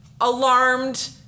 alarmed